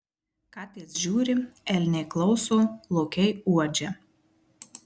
katės žiūri elniai klauso lokiai uodžia